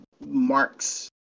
Mark's